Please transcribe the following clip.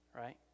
Right